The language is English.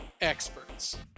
experts